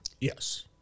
Yes